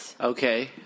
Okay